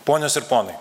ponios ir ponai